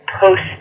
post